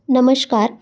नमस्कार